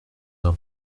d’un